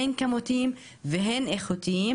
הן כמותיים והן איכותיים,